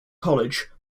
college